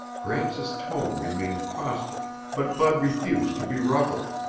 gramps' tone remained caustic but bud refused to be ruffled.